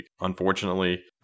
Unfortunately